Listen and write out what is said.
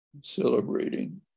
celebrating